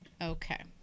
Okay